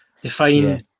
define